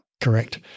Correct